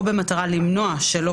או ממקומות ציבוריים במטרה למנוע שלא